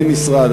בלי משרד,